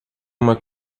uma